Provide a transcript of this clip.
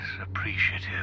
appreciative